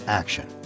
action